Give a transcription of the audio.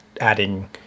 adding